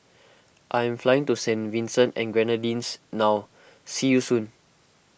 I am flying to Saint Vincent and the Grenadines now see you soon